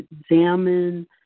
examine